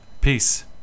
Peace